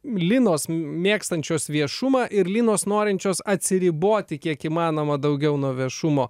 linos mėgstančios viešumą ir linos norinčios atsiriboti kiek įmanoma daugiau nuo viešumo